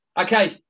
Okay